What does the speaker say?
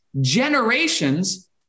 generations